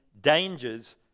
dangers